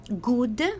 good